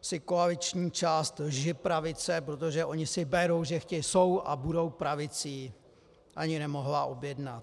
si koaliční část lžipravice, protože oni si berou, že , jsou a budou pravicí, ani nemohla objednat.